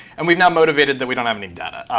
and we've not motivated that we don't have any data.